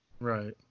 Right